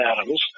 atoms